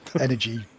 energy